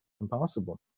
impossible